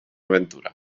ventura